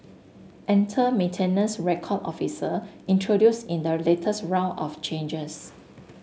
enter maintenance record officer introduced in the latest round of changes